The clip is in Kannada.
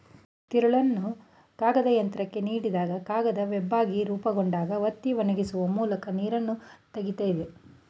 ತಿರುಳನ್ನು ಕಾಗದಯಂತ್ರಕ್ಕೆ ನೀಡಿದಾಗ ಕಾಗದ ವೆಬ್ಬಾಗಿ ರೂಪುಗೊಂಡಾಗ ಒತ್ತಿ ಒಣಗಿಸುವ ಮೂಲಕ ನೀರನ್ನು ತೆಗಿತದೆ